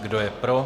Kdo je pro?